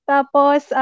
Tapos